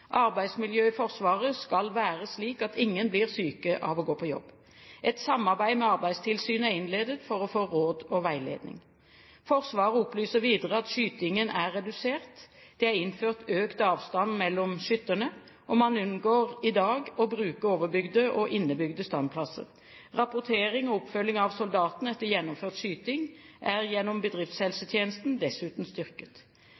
Forsvaret skal være slik at ingen blir syke av å gå på jobb. Et samarbeid med Arbeidstilsynet er innledet for å få råd og veiledning. Forsvaret opplyser videre at skytingen er redusert, det er innført økt avstand mellom skytterne, og man unngår i dag å bruke overbygde og innebygde standplasser. Rapportering og oppfølging av soldatene etter gjennomført skyting er gjennom